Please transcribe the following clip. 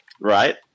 right